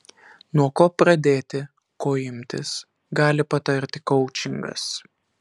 nuo ko pradėti ko imtis gali patarti koučingas